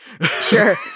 Sure